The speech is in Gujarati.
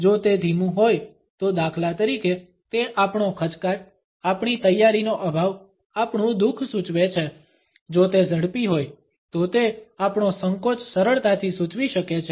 જો તે ધીમું હોય તો દાખલા તરીકે તે આપણો ખચકાટ આપણી તૈયારીનો અભાવ આપણું દુ ખ સૂચવે છે જો તે ઝડપી હોય તો તે આપણો સંકોચ સરળતાથી સૂચવી શકે છે